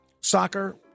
soccer